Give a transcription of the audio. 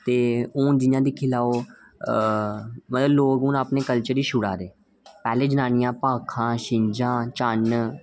ते हून जि'यां दिक्खी लैओ मतलब लोग हून अपने कल्चर गी छोड़ा दे पैह्लें जनानियां भाखां शिंजां चन्न